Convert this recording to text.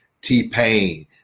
t-pain